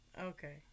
Okay